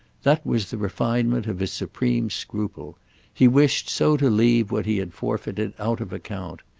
that was the refinement of his supreme scruple he wished so to leave what he had forfeited out of account.